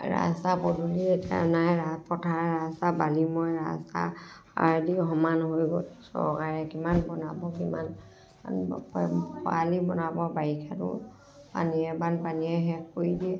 ৰাস্তা পদূলি এতিয়া নাই পথাৰৰ ৰাস্তা বালিময় ৰাস্তা আদিও সমান হৈ গ'ল চৰকাৰে কিমান বনাব কিমান খৰালিত বনাব বাৰিষাতো পানীয়ে বানপানীয়ে শেষ কৰি দিয়ে